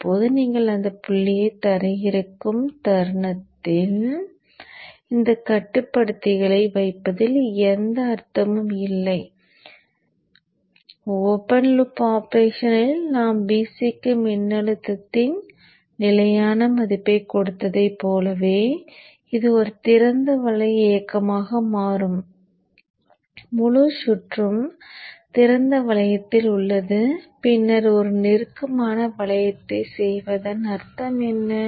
இப்போது நீங்கள் அந்த புள்ளியை தரையிறக்கும் தருணத்தில் இந்த கட்டுப்படுத்திகளை வைப்பதில் எந்த அர்த்தமும் இல்லை என்று அர்த்தம் ஓபன் லூப் ஆபரேஷனில் நாம் Vc க்கு மின்னழுத்தத்தின் நிலையான மதிப்பைக் கொடுத்ததைப் போல இது ஒரு திறந்த வளைய இயக்கமாக மாறும் முழு சுற்றும் திறந்த வளையத்தில் உள்ளது பின்னர் ஒரு நெருக்கமான வளையத்தை செய்வதன் அர்த்தம் என்ன